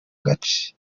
gace